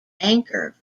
anchor